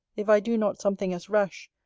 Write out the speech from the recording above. if i do not something as rash,